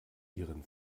ihren